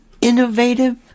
innovative